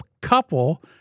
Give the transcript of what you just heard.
couple